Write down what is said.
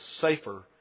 safer